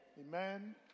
Amen